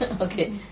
Okay